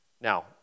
Now